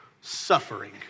Suffering